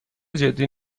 جدی